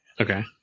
Okay